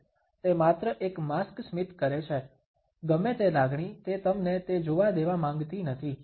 તે માત્ર એક માસ્ક સ્મિત કરે છે ગમે તે લાગણી તે તમને તે જોવા દેવા માંગતી નથી